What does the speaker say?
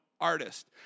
artist